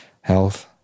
health